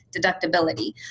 deductibility